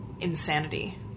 insanity